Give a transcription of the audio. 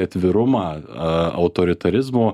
atvirumą a autoritarizmo